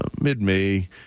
mid-May